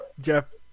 Jeff